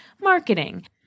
marketing